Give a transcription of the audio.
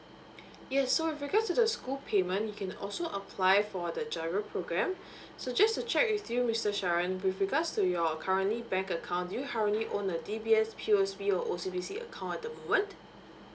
yes so in regards to the school payment you can also apply for the G_I_R_O program so just to check with you mr sharon with regards to your currently bank account do you currently D B S P os B or O C B C account at the moment